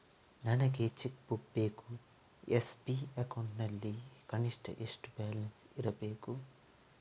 ನನಗೆ cheque book ಬೇಕು SB account ನಲ್ಲಿ ಕನಿಷ್ಠ ಎಷ್ಟು ಬ್ಯಾಲೆನ್ಸ್ ಇರಬೇಕು?